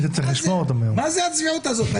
מה זה הצביעות הזאת?